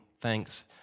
thanks